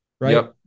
right